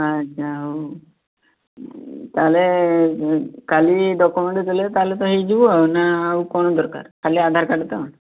ଆଚ୍ଛା ହେଉ ତାହାଲେ କାଲି ଡକ୍ୟୁମେଣ୍ଟ୍ ଦେଲେ ତାହାଲେ ତ ହୋଇଯିବ ନା ଆଉ କ'ଣ ଦରକାର ଖାଲି ଆଧାର କାର୍ଡ଼୍ ତ